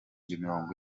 mirongo